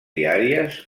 diàries